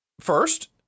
first